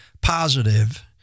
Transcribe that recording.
positive